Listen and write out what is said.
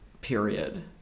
period